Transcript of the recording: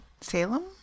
Salem